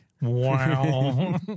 Wow